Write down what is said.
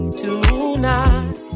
tonight